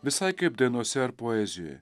visai kaip dainose ar poezijoj